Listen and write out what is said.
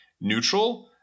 neutral –